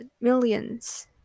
millions